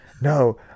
No